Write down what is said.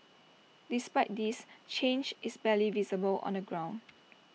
despite this change is barely visible on the ground